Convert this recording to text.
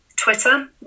Twitter